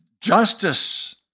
justice